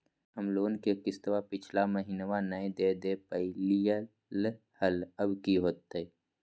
हम लोन के किस्तवा पिछला महिनवा नई दे दे पई लिए लिए हल, अब की होतई?